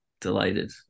delighted